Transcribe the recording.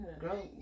girl